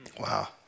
Wow